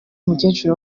umukecuru